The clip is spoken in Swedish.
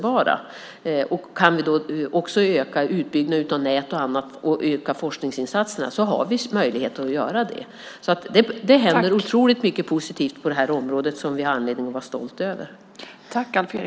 Vi har möjligheter att också öka utbyggnaden av nät och annat och även öka forskningsinsatserna. Det finns alltså otroligt mycket positivt på det här området som vi har anledning att vara stolta över.